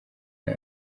nta